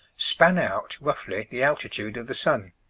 span out roughly the altitude of the sun.